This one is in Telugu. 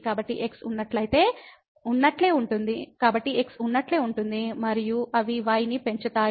కాబట్టి x ఉన్నట్లే ఉంటుంది మరియు అవి y ని పెంచుతాయి